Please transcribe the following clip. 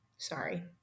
sorry